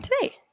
today